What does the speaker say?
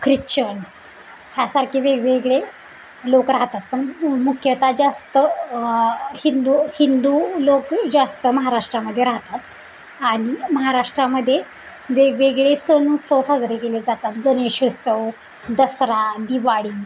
Christian ह्यासारखे वेगवेगळे लोक राहतात पण मुख्यतः जास्त हिंदू हिंदू लोक जास्त महाराष्ट्रामध्ये राहतात आणि महाराष्ट्रामध्ये वेगवेगळे सण उत्सव साजरे केले जातात गणेश उत्सव दसरा दिवाळी